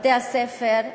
בתי-הספר,